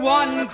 one